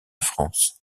france